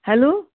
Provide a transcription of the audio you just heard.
hello